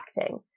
acting